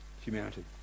humanity